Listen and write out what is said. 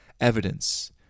evidence